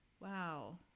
Wow